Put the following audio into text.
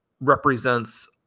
represents